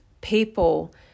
people